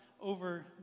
over